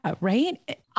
Right